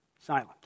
Silent